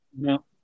No